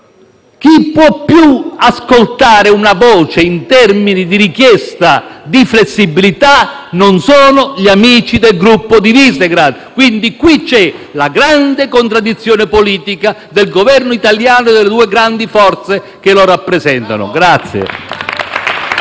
Chi può ascoltare una voce in termini di richiesta di flessibilità non sono gli amici del gruppo di Visegrád. Qui c'è la grande contraddizione politica del Governo italiano e delle due grandi forze che lo rappresentano.